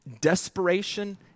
Desperation